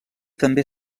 també